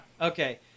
Okay